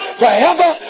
forever